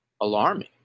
alarming